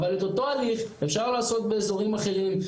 אבל את אותו הליך אפשר לעשות באזורים אחרים,